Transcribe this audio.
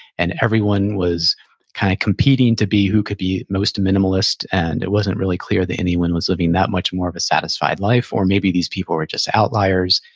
and everyone was kind of competing to be who could be most minimalist, and it wasn't really clear that anyone was living that much more of a satisfied life, or maybe these people were just outliers,